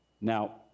Now